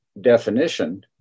definition